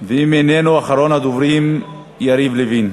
ואם הוא איננו, אחרון הדוברים, יריב לוין.